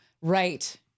Right